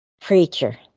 preacher